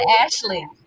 ashley